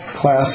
class